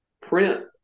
print